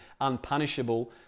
Unpunishable